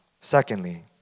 Secondly